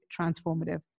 transformative